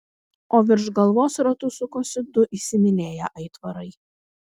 o virš galvos ratu sukosi du įsimylėję aitvarai